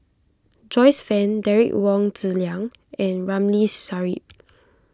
Joyce Fan Derek Wong Zi Liang and Ramli Sarip